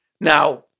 Now